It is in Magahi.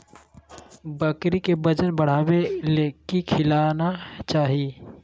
बकरी के वजन बढ़ावे ले की खिलाना चाही?